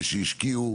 כשהשקיעו